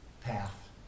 path